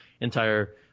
entire